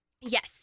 Yes